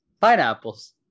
pineapples